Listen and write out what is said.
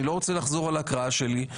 אני לא רוצה לחזור על ההקראה שלי.